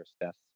deaths